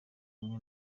kumwe